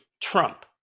Trump